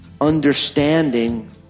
understanding